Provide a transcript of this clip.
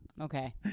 okay